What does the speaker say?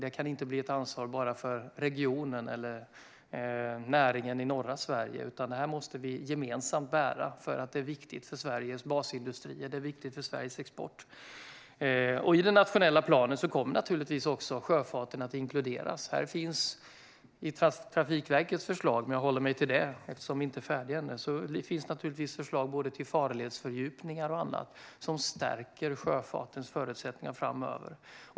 Det kan inte vara ett ansvar bara för regionen eller näringen i norra Sverige, utan det måste vi gemensamt bära. Det är viktigt för Sveriges basindustri och Sveriges export. I den nationella planen kommer också sjöfarten att inkluderas. I Trafikverkets förslag - jag håller mig till det eftersom vi inte är färdiga ännu - finns både farledsfördjupningar och annat som stärker sjöfartens förutsättningar framöver.